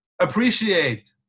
appreciate